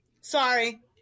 Sorry